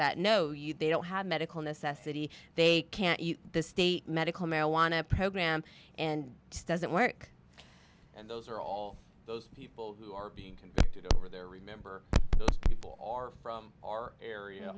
that no you don't have medical necessity they can't use the state medical marijuana program and it doesn't work and those are all those people who are being convicted over there remember those people are from or area